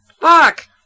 Fuck